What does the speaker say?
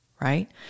right